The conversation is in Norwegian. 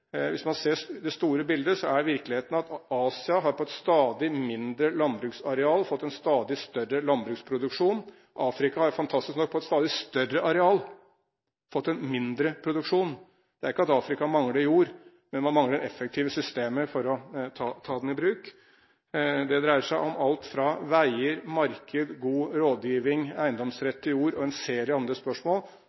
Hvis man ser på det store bildet, er virkeligheten at Asia på et stadig mindre landbruksareal har fått en stadig større landbruksproduksjon. Afrika har fantastisk nok på et stadig større areal fått en mindre produksjon. Det er ikke det at Afrika mangler jord, men man mangler effektive systemer for å ta den i bruk. Det dreier seg om alt fra veier, marked, god rådgiving, eiendomsrett til jord og en serie andre spørsmål.